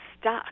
stuck